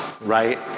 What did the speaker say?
right